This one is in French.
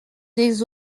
des